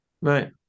right